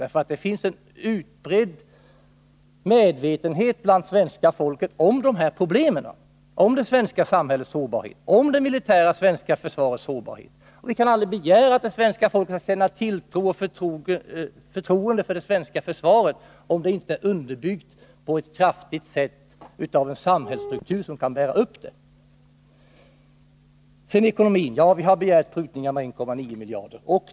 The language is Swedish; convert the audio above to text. Det finns en utbredd medveten 7 maj 1981 het hos svenska folket om dessa problem, om det svenska samhällets sårbarhet och om det militära svenska försvarets sårbarhet. Vi kan aldrig begära att det svenska folket skall känna tilltro till och hysa förtroende för det svenska försvaret, om försvaret inte på ett kraftfullt sätt är underbyggt av en samhällsstruktur som kan bära upp det. Sedan några ord om ekonomin. Vi har begärt prutningar med 1,9 miljarder kronor.